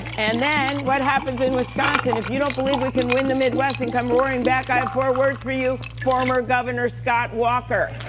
and then what happens in wisconsin? if you don't believe we can win the midwest and come roaring back, i have four words for you former governor scott walker.